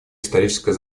историческая